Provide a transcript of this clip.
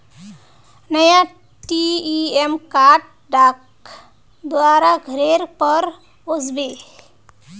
नया ATM card डाक द्वारा घरेर पर ओस बे